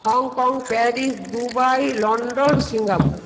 Hong Kong Paris Dubai London Singapore